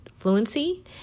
fluency